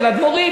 של אדמו"רים,